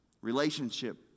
Relationship